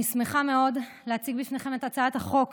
אני שמחה מאוד להציג בפניכם את הצעת החוק